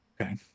Okay